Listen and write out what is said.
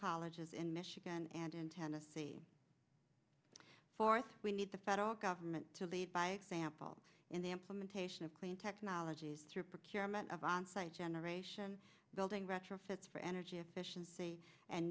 colleges in michigan and in tennessee fourth we need the federal government to lead by example in the implementation of clean technologies through german of on site generation building retrofits for energy efficiency and